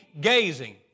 gazing